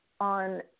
on